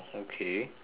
okay